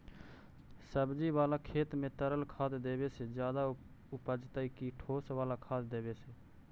सब्जी बाला खेत में तरल खाद देवे से ज्यादा उपजतै कि ठोस वाला खाद देवे से?